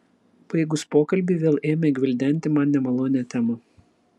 baigus pokalbį vėl ėmė gvildenti man nemalonią temą